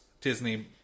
Disney